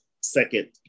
second